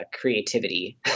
creativity